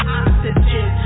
oxygen